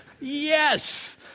Yes